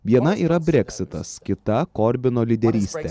viena yra breksitas kita korbino lyderystė